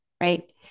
Right